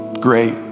great